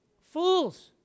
Fools